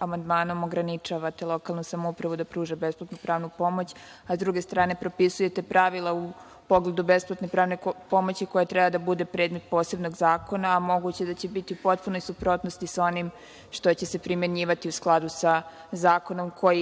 amandmanom ograničavate lokalnu samoupravu da pruža besplatnu pravnu pomoć, a s druge strane propisujete pravila u pogledu besplatne pravne pomoći koja treba da bude predmet posebnog zakona, a moguće da će biti upotpunoj suprotnosti sa onim što će se primenjivati u skladu sa zakonom koji